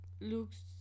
looks